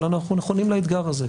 אבל אנחנו נכונים לאתגר הזה.